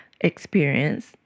experience